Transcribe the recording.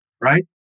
right